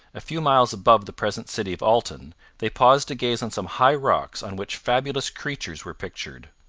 a few miles above the present city of alton they paused to gaze on some high rocks on which fabulous creatures were pictured.